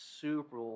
Super